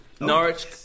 Norwich